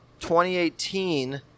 2018